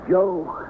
Joe